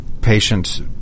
patients